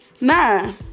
Nine